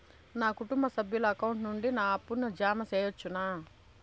నా కుటుంబ సభ్యుల అకౌంట్ నుండి నా అప్పును జామ సెయవచ్చునా?